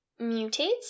mutates